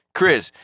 Chris